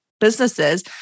businesses